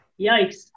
yikes